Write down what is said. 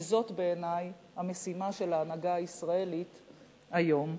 וזאת בעיני המשימה של ההנהגה הישראלית היום.